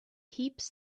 heaps